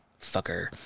fucker